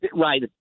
right